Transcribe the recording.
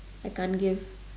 I can't give